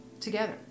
together